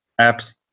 apps